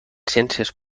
ciències